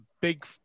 big